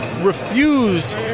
refused